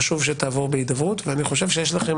חשוב שתעבור בהידברות ואני חושב שיש לכם